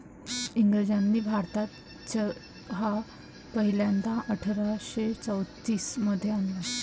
इंग्रजांनी भारतात चहा पहिल्यांदा अठरा शे चौतीस मध्ये आणला